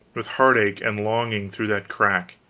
with heartache and longing, through that crack.